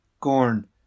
Gorn